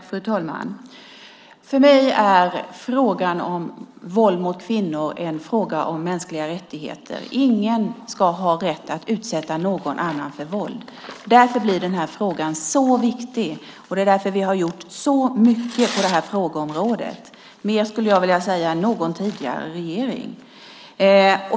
Fru talman! För mig är frågan om våld mot kvinnor en fråga om mänskliga rättigheter. Ingen ska ha rätt att utsätta någon annan för våld. Därför blir den här frågan så viktig, och därför har vi gjort så mycket på det här området - mer, skulle jag vilja säga, än någon tidigare regering.